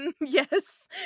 Yes